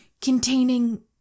containing